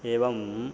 एवम्